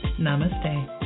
Namaste